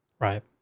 Right